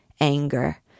anger